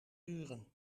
duren